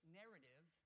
narrative